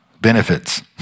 benefits